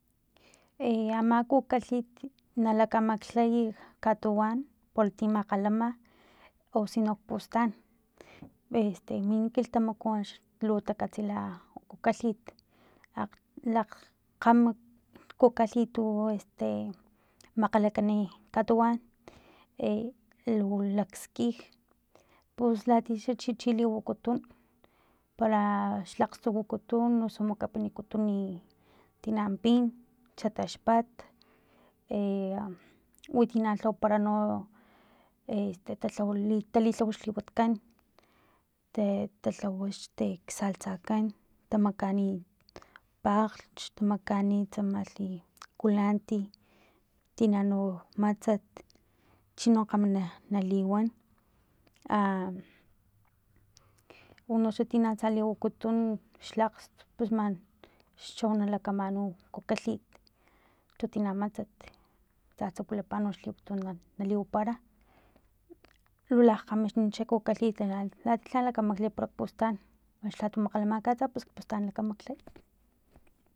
E ama kukalhit nalakamakglhay katuwan para ti makgalama osino pustan este min kilhtamaku akni lu takatsi la kukalhit akg lakg kgam kukalhit tu tu este makgalakani katuwan e lu lakskij pus latiya chixa liwakutun para xlakt wakutun o para makapinikutun tinam pin xataxpat e witi nalhawapara no talixawapara xliwatkan este talhawa xte ksalsa kan tamakaani paklhch makani tsamalhi culanti tina no matsat chino kgama na naliwan a uni xa tini lha liwakutun xlakgts xchau nalakamanu kukalhit cho tina matsat tsatsa wilapa noxax liwat tu na liwapara lu lakgamaxnin xa kukalhit lha lha lakamaklay parapustan axni lhatumakgalamak atsa pus kpustan lakamaklay.